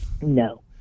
No